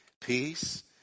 peace